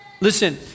Listen